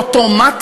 אדוני,